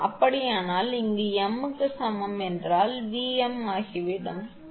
அப்படியானால் இங்கு m க்கு சமம் என்றால் 𝑉𝑚 ஆகிவிடும் வி